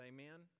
Amen